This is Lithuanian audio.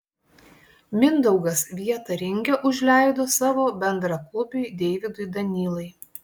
mindaugas vietą ringe užleido savo bendraklubiui deividui danylai